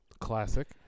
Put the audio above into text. Classic